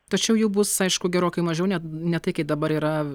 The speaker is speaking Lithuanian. tačiau jų bus aišku gerokai mažiau net ne tai kai dabar yra